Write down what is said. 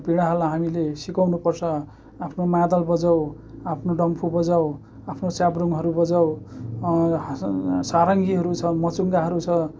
पिँढीहरूलाई हामीले सिकाउनु पर्छ आफ्नो मादल बजाऊ आफ्नो डम्फु बजाऊ आफ्नो च्याब्रुङहरू बजाऊ सारङ्गीहरू छन् मुर्चुङ्गाहरू छ